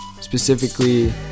specifically